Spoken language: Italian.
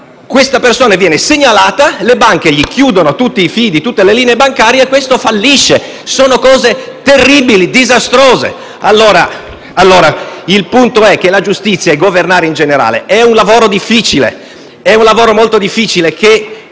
questa persona viene segnalata, le banche gli chiudono tutti i fidi e tutte le linee bancarie e questi fallisce. Sono cose terribili, disastrose. Il punto è che la giustizia (e il governare in generale) è un lavoro molto difficile, molto più difficile che